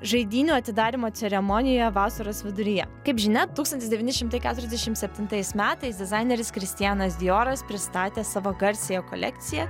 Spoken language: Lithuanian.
žaidynių atidarymo ceremonijoje vasaros viduryje kaip žinia tūkstantis devyni šimtai keturiasdešim septintais metais dizaineris kristianas dioras pristatė savo garsiąją kolekciją